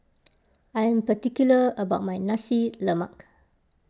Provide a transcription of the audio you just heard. I am particular about my Nasi Lemak